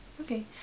Okay